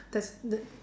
that's that